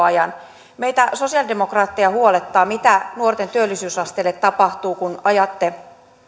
ajan meitä sosialidemokraatteja huolettaa mitä nuorten työllisyysasteelle tapahtuu kun ajatte